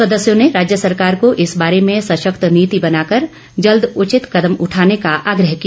सदस्यों ने राज्य सरकार को इस बारे में सशक्त नीति बनाकर जल्द उचित कदम उठाने का आग्रह किया